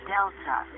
Delta